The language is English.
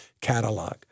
catalog